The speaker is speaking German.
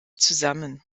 zusammen